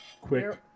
Quick